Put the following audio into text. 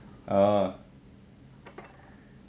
orh